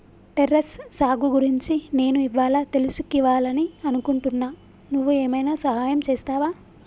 terrace సాగు గురించి నేను ఇవ్వాళా తెలుసుకివాలని అనుకుంటున్నా నువ్వు ఏమైనా సహాయం చేస్తావా